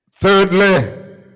Thirdly